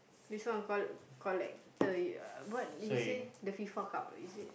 this one coll~ collector uh what you say the FIFA-Cup is it